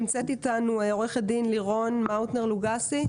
נמצאת איתנו עורכת הדין לירון מאוטנר לוגסי.